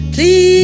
Please